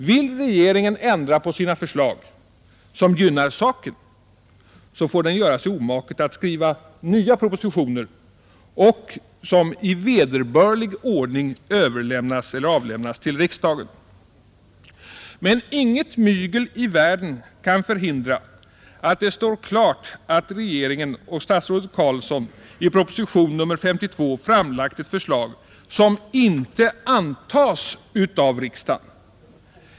Vill regeringen ändra på sina förslag på ett sätt som gynnar saken, så får den göra sig omaket att skriva nya propositioner, som i vederbörlig ordning avlämnas till riksdagen. Men inget mygel i världen kan förhindra att det nu står klart att regeringen och statsrådet Carlsson i propositionen 52 framlagt ett förslag som inte antas av riksdagen.